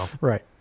Right